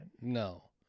no